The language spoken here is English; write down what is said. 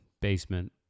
basement